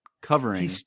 covering